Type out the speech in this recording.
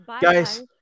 guys